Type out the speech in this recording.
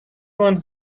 one